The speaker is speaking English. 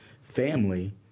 Family